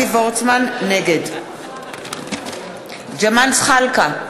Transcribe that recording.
נגד ג'מאל זחאלקה,